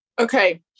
Okay